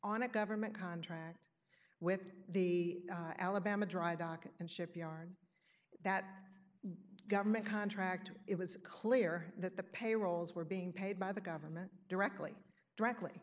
on a government contract with the alabama dry dock and shipyard that government contract it was clear that the payrolls were being paid by the government directly directly